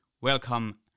Welcome